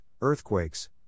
earthquakes